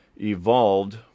evolved